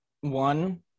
one